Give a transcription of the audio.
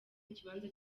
ikibanza